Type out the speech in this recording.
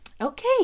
Okay